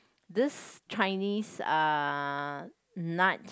this Chinese uh nut